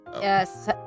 Yes